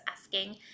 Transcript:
asking